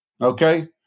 Okay